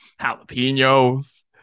jalapenos